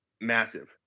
massive